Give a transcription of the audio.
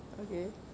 okay